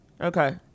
Okay